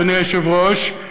אדוני היושב-ראש,